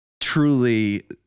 truly